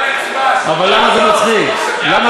אבל למה זה מצחיק?